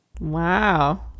Wow